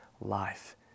life